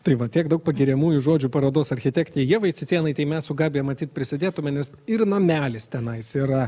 tai va tiek daug pagiriamųjų žodžių parodos architektei ievai cicėnaitei mes su gabija matyt prisidėtume nes ir namelis tenais yra